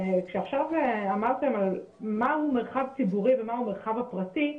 כשעכשיו אמרתם על מהו מרחב ציבורי ומהו המרחב הפרטי,